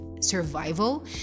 survival